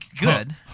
good